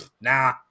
Nah